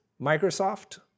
Microsoft